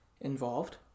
involved